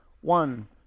One